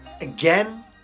again